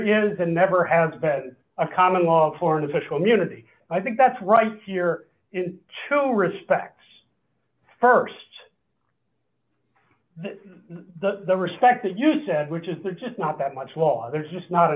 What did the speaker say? is and never has been a common law for an official munity i think that's right here in two respects st the respect that you said which is the just not that much law there's just not